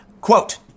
Quote